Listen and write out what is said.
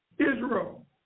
Israel